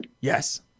yes